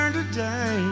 today